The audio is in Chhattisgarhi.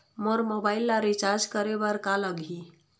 मोर मोबाइल ला रिचार्ज करे बर का लगही?